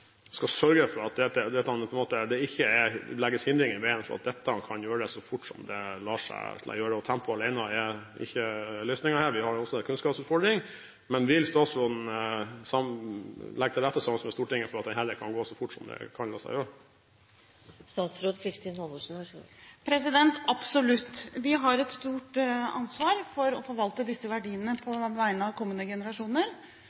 ikke legger hindringer i veien for at dette kan gjøres så fort det lar seg gjøre. Tempo alene er ikke løsningen her, vi har også en kunnskapsutfordring. Vil statsråden legge til rette, sammen med Stortinget, for at dette kan gå så fort det lar seg gjøre? Absolutt. Vi har et stort ansvar for å forvalte disse verdiene